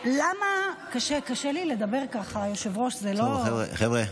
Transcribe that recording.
קשה לי לדבר ככה, היושב-ראש, זה לא, חבר'ה,